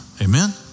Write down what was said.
Amen